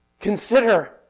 Consider